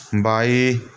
ਬਾਈ